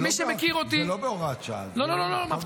מי שמכיר אותי --- זה לא בהוראת שעה, זה קבוע.